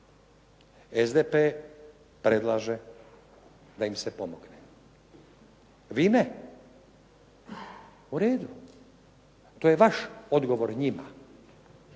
SDP predlaže da im se pomogne. Vi ne. U redu. To je vaš odgovor njima.